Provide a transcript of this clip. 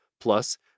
Plus